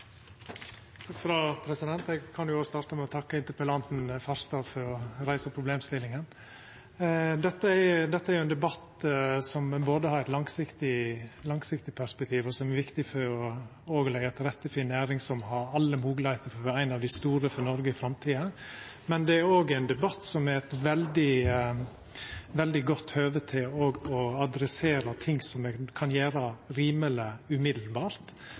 ein debatt som både har eit langsiktig perspektiv, og som òg er viktig for å leggja til rette for ei næring som har alle moglegheiter til å vera ei av dei store for Noreg i framtida. Men det er òg ein debatt som er eit veldig godt høve til å ta opp ting som ein kan gjera rimeleg